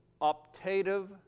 optative